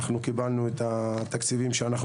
אנחנו קיבלנו את התקציבים שאנחנו